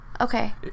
Okay